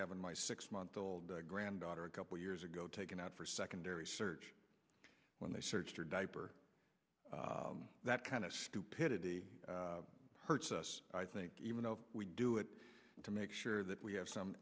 having my six month old granddaughter a couple years ago taken out for secondary search when they searched her diaper that kind of stupidity hurts us i think even though we do it to make sure that we have some